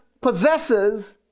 possesses